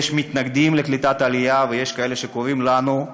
יש מתנגדים לקליטת עלייה ויש כאלה שקוראים לנו,